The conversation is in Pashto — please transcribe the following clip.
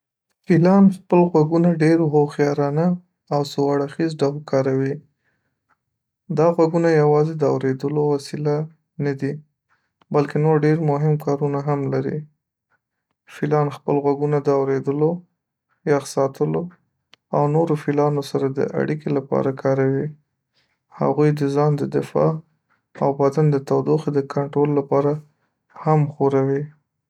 فیلان خپل غوږونه ډېر هوښیارانه او څو اړخیز ډول کاروي. دا غوږونه یوازې د اورېدلو وسیله نه دي، بلکې نور ډېر مهم کارونه هم لري. فیلان خپل غوږونه د اورېدلو، یخ ساتلو، او نورو فیلانو سره د اړیکې لپاره کاروي. هغوی یې د ځان د دفاع او بدن د تودوخې د کنټرول لپاره هم ښوروي.